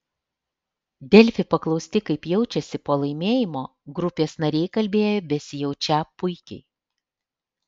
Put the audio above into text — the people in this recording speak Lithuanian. delfi paklausti kaip jaučiasi po laimėjimo grupės nariai kalbėjo besijaučią puikiai